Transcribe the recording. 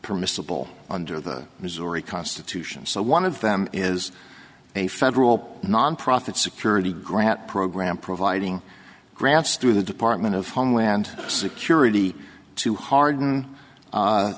permissible under the missouri constitution so one of them is a federal nonprofit security grant program providing grants through the department of homeland security to hard